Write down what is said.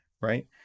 right